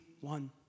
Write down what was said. one